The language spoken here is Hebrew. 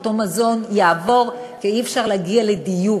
אותו מזון יעבור ואי-אפשר להגיע לדיוק.